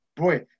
Boy